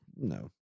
No